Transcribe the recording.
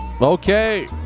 Okay